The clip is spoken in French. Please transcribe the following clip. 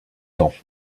ans